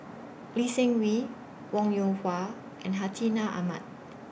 Lee Seng Wee Wong Yoon Wah and Hartinah Ahmad